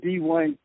D1